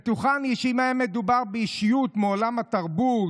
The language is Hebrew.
בטוחני שאם היה מדובר באישיות מעולם התרבות,